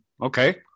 Okay